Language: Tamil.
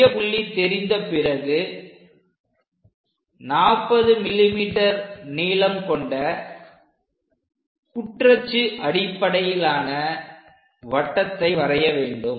மையப் புள்ளி தெரிந்தபிறகு 40 mm நீளம் கொண்ட குற்றச்சு அடிப்படையிலான வட்டத்தை வரைய வேண்டும்